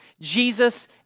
Jesus